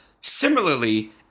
Similarly